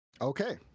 Okay